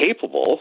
capable